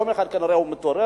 יום אחד כנראה הוא מתעורר,